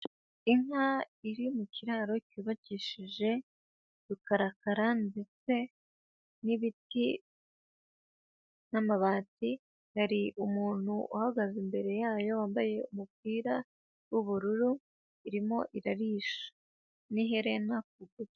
Inka iri mu kiraro cyubakishije rukarakara ndetse n'ibiti, n'amabati, Hari umuntu uhagaze imbere yayo wambaye umupira w'ubururu, irimo irarisha, n'iherena ku gutwi.